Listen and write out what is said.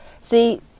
See